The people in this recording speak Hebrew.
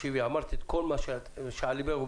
אמרת את כל מה שעל לבך,